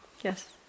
Yes